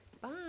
Bye